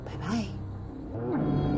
Bye-bye